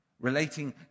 relating